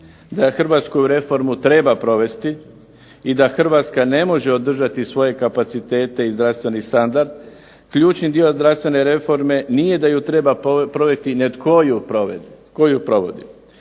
da u Hrvatskoj reformu treba provesti i da Hrvatska ne može održati svoje kapacitete i zdravstveni standard ključni dio zdravstvene reforme nije da ju treba provesti nego tko ju provodi.